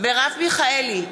מרב מיכאלי,